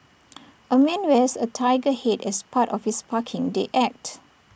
A man wears A Tiger Head as part of his parking day act